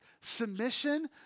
submission